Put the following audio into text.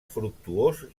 fructuós